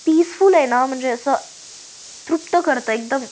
peaceful आहे ना म्हणजे असं तृप्त करतं एकदम